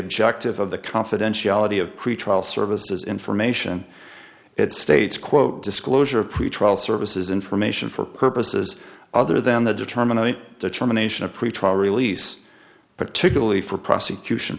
objective of the confidentiality of crete trial services information it states quote disclosure of pretrial services information for purposes other than the determinant determination of pretrial release particularly for prosecution